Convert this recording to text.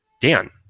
Dan